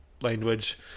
language